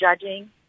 judging